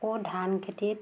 আকৌ ধান খেতিত